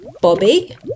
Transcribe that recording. bobby